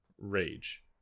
rage